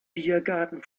biergarten